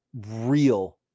real